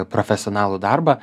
profesionalų darbą